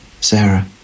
Sarah